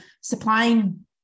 supplying